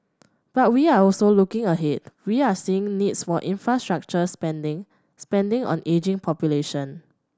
but we are also looking ahead we are seeing needs for infrastructure spending spending on ageing population